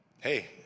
Hey